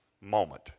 moment